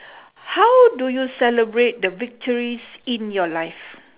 how do you celebrate the victories in your life